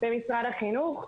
במשרד החינוך.